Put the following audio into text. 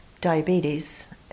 diabetes